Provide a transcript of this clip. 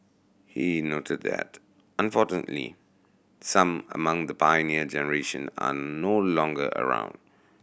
he noted that unfortunately some among the Pioneer Generation are no longer around